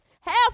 half